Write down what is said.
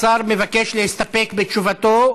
השר מבקש להסתפק בתשובתו.